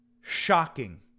shocking